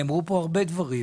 נאמרו פה הרבה דברים.